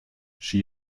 she